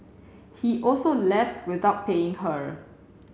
he also left without paying her